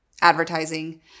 advertising